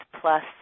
plus